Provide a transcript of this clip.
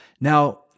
Now